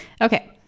Okay